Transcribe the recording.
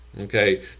okay